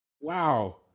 Wow